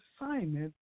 assignment